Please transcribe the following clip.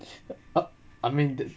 I mean